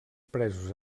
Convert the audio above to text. presos